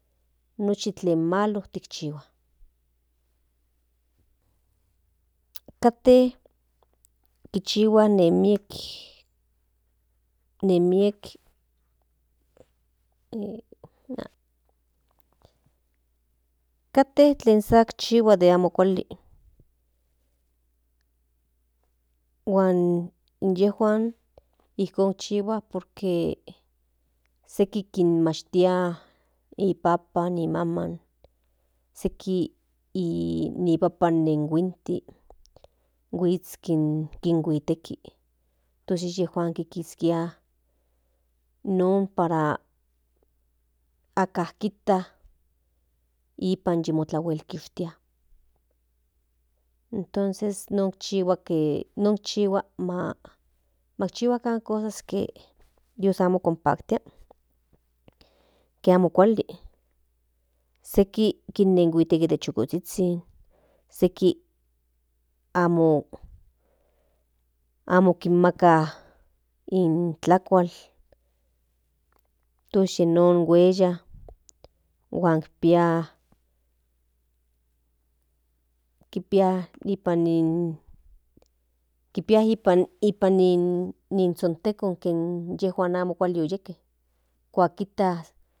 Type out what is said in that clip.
Nochi tlen malo tikchihua kate tlen sa ikchihua den amo kuali huan yejuan ijkon chihua por que sekin kinmachtia ni papan ni maman seki ni papan nen huintik huits kinhuikteki tos inyejua kiskia non para akan kijta ipan yimotlahuenkishtia tonces machihuakan cosas ke dios amo konpaktia amo kuali seki kinenhuiteki de chukozhizhin seki amo kinmaka ni tlakual tos yi non hueya huan pia kipia ipan ni zhontekon inyejuan amo kuali oyejke kuak kijtas.